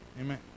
Amen